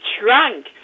trunk